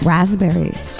Raspberries